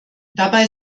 dabei